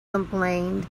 complained